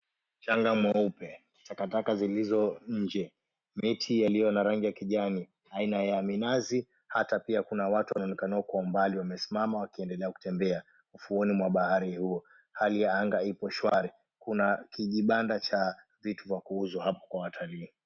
Mchanga mweupe, takataka zilizo nje, miti yaliyo na rangi ya kijani aina ya minazi ata pia kuna watu wanaonekaniwa kwa umbali wamesimama wakiendelea kutembea, ufuoni mwa bahari hiyo, Hali ya anga ipo shwari, kuna kijibanda cha vitu vya kuuzwa hapa kwa watalii.